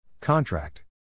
Contract